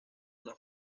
una